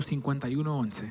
51:11